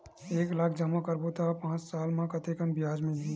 एक लाख जमा करबो त पांच साल म कतेकन ब्याज मिलही?